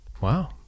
Wow